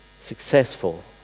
successful